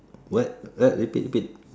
what what repeat repeat